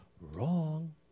Wrong